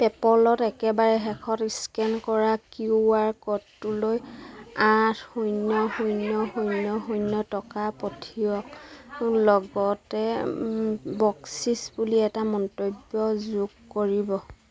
পে'পলত একেবাৰে শেষত স্কেন কৰা কিউ আৰ ক'ডটোলৈ আঠ শূন্য শূন্য শূন্য শূন্য টকা পঠিয়াওক লগতে বকচিচ বুলি এটা মন্তব্য যোগ কৰিব